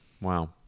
Wow